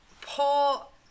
pull